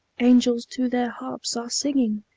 angels to their harps are singing,